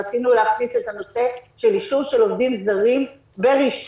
רצינו להכניס את הנושא של אישור של עובדים זרים ברישוי,